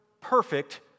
perfect